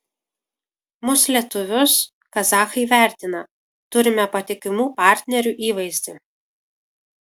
mus lietuvius kazachai vertina turime patikimų partnerių įvaizdį